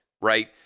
right